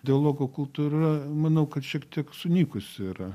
dialogo kultūra manau kad šiek tiek sunykusi yra